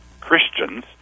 Christians